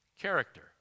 Character